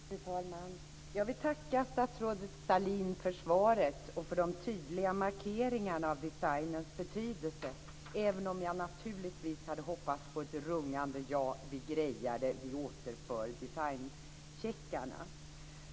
Fru talman! Jag vill tacka statsrådet Sahlin för svaret och för de tydliga markeringarna av designens betydelse - även om jag naturligtvis hade hoppats på ett rungande: Ja vi grejar det. Vi återinför designcheckarna.